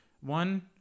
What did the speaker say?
one